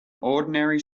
ordinary